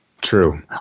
True